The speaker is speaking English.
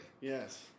Yes